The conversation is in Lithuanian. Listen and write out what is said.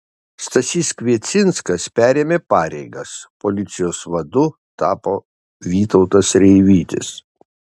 stasys kviecinskas perėmė pareigas policijos vadu tapo vytautas reivytis